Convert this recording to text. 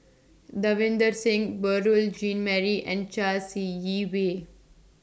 Davinder Singh Beurel Jean Marie and Chai See Yee Wei